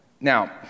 Now